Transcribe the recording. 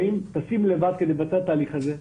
שטסים לבד כדי לבצע את ההליך הזה לטוס.